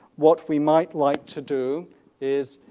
what we might like to do is